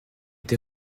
été